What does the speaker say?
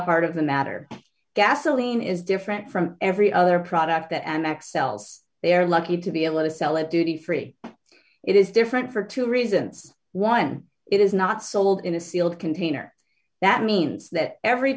heart of the matter gasoline is different from every other product that and x l s they are lucky to be able to sell a duty free it is different for two reasons one it is not sold in a sealed container that means that every